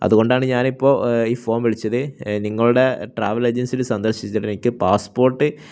അതുകൊണ്ടാണ് ഞാനിപ്പോള് ഈ ഫോണ് വിളിച്ചത് നിങ്ങളുടെ ട്രാവൽ ഏജൻസി സന്ദർശിച്ചിട്ട് എനിക്ക് പാസ്പോർട്ട്